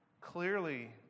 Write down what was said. clearly